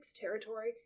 territory